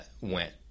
went